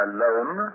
Alone